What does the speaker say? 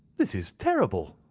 this is terrible!